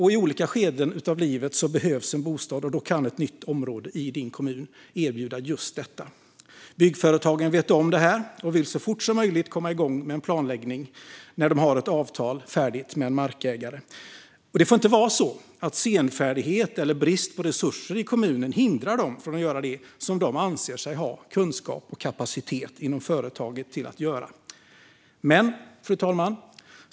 I olika skeden av livet behövs en bostad, och då kan ett nytt område i din kommun erbjuda just detta. Byggföretagen vet om det här och vill så fort som möjligt komma igång med planläggning när de har ett avtal färdigt med en markägare. Det får inte vara så att senfärdighet eller brist på resurser i kommunen hindrar dem från att göra det som de inom företaget anser sig ha kunskap och kapacitet till att göra. Fru talman!